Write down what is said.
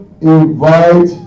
invite